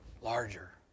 larger